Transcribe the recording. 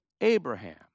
Abraham